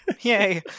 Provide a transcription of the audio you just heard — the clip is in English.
Yay